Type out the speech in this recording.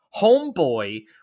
Homeboy